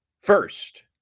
First